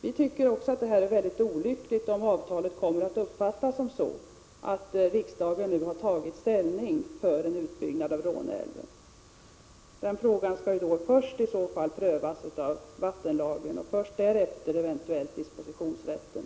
Vi tycker också att det är mycket olyckligt om avtalet kommer att uppfattas som att riksdagen nu har tagit ställning för en utbyggnad av Råneälven. Frågan om utbyggnad skall ju till att börja med prövas enligt vattenlagen. Först därefter kan det bli aktuellt med en eventuell prövning av dispositionsrätten.